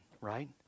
right